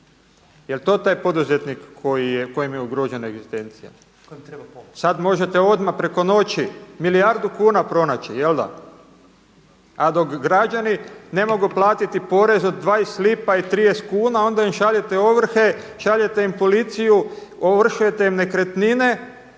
Je li to taj poduzetnik kojemu je ugrožena egzistencija? Sad možete odmah preko noći milijardu kuna pronaći. A dok građani ne mogu platiti porez od 20 lipa i 30 kuna onda im šaljete ovrhe, šaljete im policiju, ovršujete im nekretnine